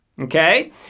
Okay